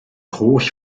holl